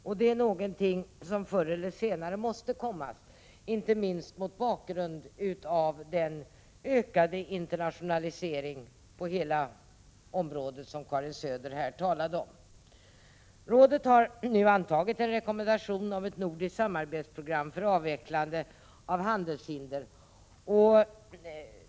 Detta är något som förr eller senare måste göras, inte minst mot bakgrund av den ökade internationaliseringen på hela området, vilken Karin Söder talade om. Rådet har nu antagit en rekommendation om ett nordiskt samarbetsprogram för avvecklande av handelshinder.